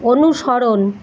অনুসরণ